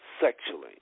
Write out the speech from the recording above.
sexually